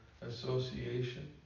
association